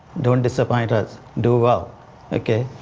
don't disappoint us. do well ok?